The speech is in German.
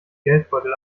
geldbeutel